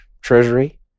Treasury